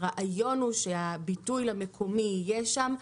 הרעיון הוא שהביטוי למקומי יהיה שם,